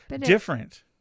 different